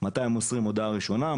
מתי מוסרים הודעה ראשונה,